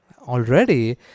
Already